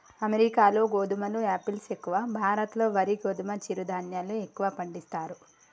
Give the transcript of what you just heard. అమెరికాలో గోధుమలు ఆపిల్స్ ఎక్కువ, భారత్ లో వరి గోధుమ చిరు ధాన్యాలు ఎక్కువ పండిస్తారు